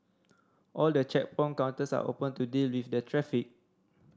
all the checkpoint counters are open to deal with the traffic